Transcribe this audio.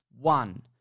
One